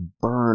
burn